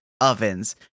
ovens